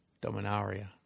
Dominaria